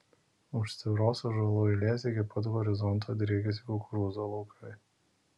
už siauros ąžuolų eilės iki pat horizonto driekiasi kukurūzų laukai